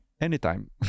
Anytime